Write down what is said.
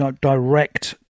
direct